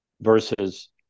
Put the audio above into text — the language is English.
versus